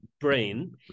brain